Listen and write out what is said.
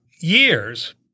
years